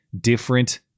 different